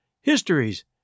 histories